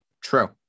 True